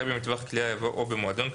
אחרי "במטווח" יבוא "או במועדון",